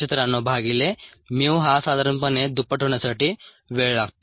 693 भागिले mu हा साधारणपणे दुप्पट होण्यासाठी वेळ लागतो